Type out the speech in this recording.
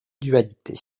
dualité